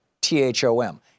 T-H-O-M